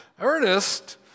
Ernest